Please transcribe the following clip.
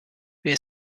wer